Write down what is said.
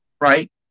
right